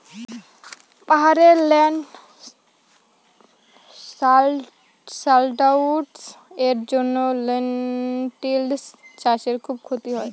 পাহাড়ে ল্যান্ডস্লাইডস্ এর জন্য লেনটিল্স চাষে খুব ক্ষতি হয়